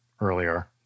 earlier